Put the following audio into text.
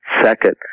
Second